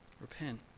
Repent